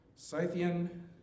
Scythian